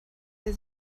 der